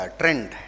trend